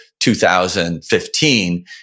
2015